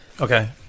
Okay